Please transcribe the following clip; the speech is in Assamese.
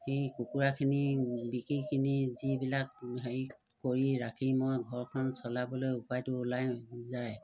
সেই কুকুৰাখিনি বিকি কিনি যিবিলাক হেৰি কৰি ৰাখি মই ঘৰখন চলাবলৈ উপায়টো ওলাই যায়